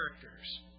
characters